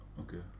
Okay